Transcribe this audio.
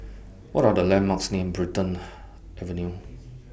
What Are The landmarks near Brighton Avenue